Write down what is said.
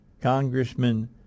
Congressman